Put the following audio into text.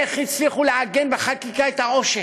איך הצליחו לעגן בחקיקה את העושק,